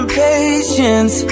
patience